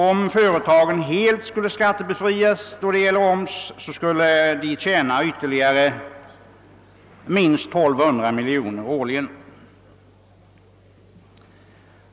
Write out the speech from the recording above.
Om företagen helt skulle befrias från oms skulle ytterligare minst 1 200 miljoner kronor årligen bortfalla för staten.